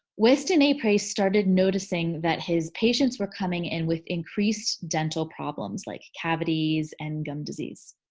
western a. price started noticing that his patients were coming in with increased dental problems like cavities and gum disease.